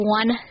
one